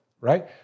right